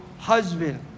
Husband